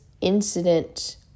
incident